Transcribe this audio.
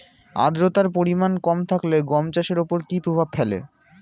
আদ্রতার পরিমাণ কম থাকলে গম চাষের ওপর কী প্রভাব ফেলে?